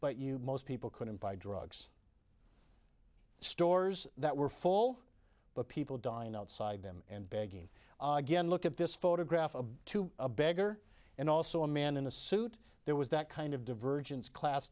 but you most people couldn't buy drugs stores that were full of people dying outside them and begging again look at this photograph of to a beggar and also a man in a suit there was that kind of divergence class